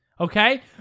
Okay